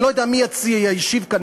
אני לא יודע מי ישיב כאן,